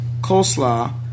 coleslaw